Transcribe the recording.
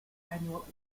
annual